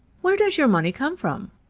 where does your money come from?